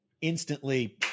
instantly